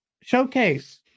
showcase